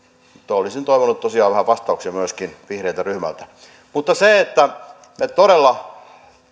olisin toivonut tosiaan vähän vastauksia vihreältä ryhmältä mutta se että me todella